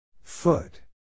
Foot